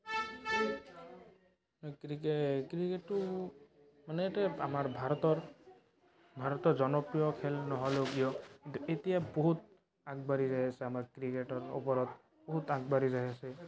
ক্ৰিকেটটো মানে ইয়াতে আমাৰ ভাৰতৰ ভাৰতৰ জনপ্ৰিয় খেল নহ'লেও কিয় এতিয়া বহুত আগবাঢ়ি যাই আছে আমাৰ ক্ৰিকেটৰ ওপৰত বহুত আগবাঢ়ি যাই আছে